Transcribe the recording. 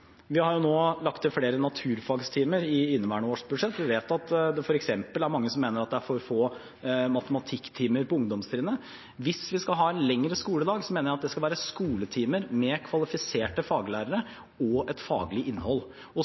Vi har lagt til flere naturfagtimer i inneværende års budsjett. Vi vet at det f.eks. er mange som mener at det er for få matematikktimer på ungdomstrinnet. Hvis vi skal ha en lengre skoledag, mener jeg at det skal være skoletimer med kvalifiserte faglærere og med et faglig innhold.